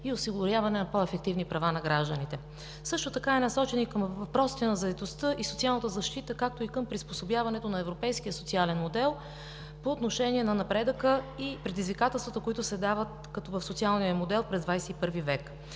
и осигуряване на по-ефективни права на гражданите. Също така е насочен и към въпросите на заетостта и социалната защита, както и към приспособяването на европейския социален модел по отношение на напредъка и предизвикателствата, които се дават като в социалния модел през XXI в.